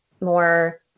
more